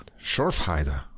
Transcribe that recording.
Schorfheide